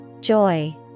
Joy